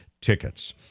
tickets